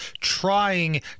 trying